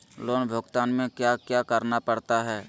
loan भुगतान में क्या क्या करना पड़ता है